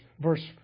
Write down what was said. verse